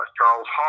Charles